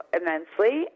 immensely